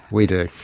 we do.